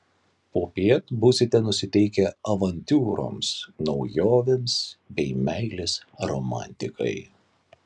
popiet būsite nusiteikę avantiūroms naujovėms bei meilės romantikai